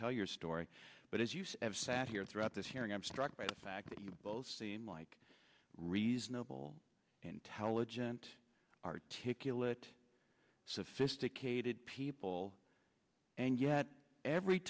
tell your story but as you say i've sat here throughout this hearing i'm struck by the fact that you both seem like reasonable intelligent articulate sophisticated people and yet every